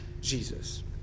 Jesus